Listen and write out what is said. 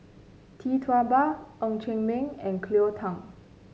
Tee Tua Ba Ng Chee Meng and Cleo Thang